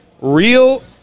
Real